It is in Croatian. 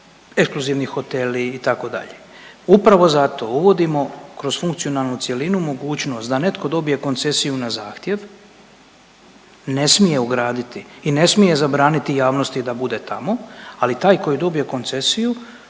ekskluzivni hoteli itd. upravo zato uvodimo kroz funkcionalnu cjelinu mogućnost da netko dobije koncesiju na zahtjev, ne smije ograditi i ne smije zabraniti javnosti da bude tamo. Ali taj koji dobije koncesiju